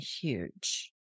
huge